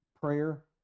prayer